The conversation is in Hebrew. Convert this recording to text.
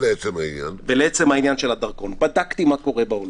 לעצם עניין הדרכון בדקתי מה קורה בעולם.